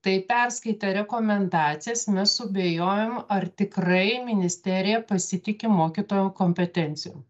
tai perskaitę rekomendacijas mes suabejojom ar tikrai ministerija pasitiki mokytojo kompetencijom